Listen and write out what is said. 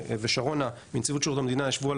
ושרונה מנציבות שירות המדינה ישבו על